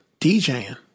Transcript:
DJing